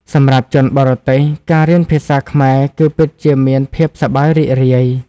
សម្រាប់ជនបរទេស ការរៀនភាសាខ្មែរគឺពិតជាមានភាពសប្បាយរីករាយ។